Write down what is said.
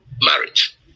marriage